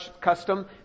custom